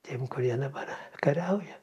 tiem kurie dabar kariauja